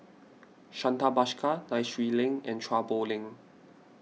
Santha Bhaskar Nai Swee Leng and Chua Poh Leng